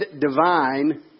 Divine